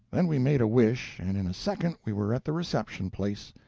then we made a wish, and in a second we were at the reception-place.